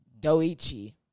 Doichi